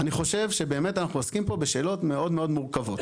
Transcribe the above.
אני חושב שבאמת אנחנו עוסקים פה בשאלות מאוד מאוד מורכבות.